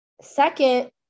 Second